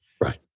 Right